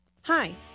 hi